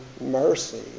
mercy